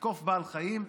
לתקוף בעל חיים,